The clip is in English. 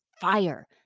fire